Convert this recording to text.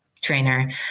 trainer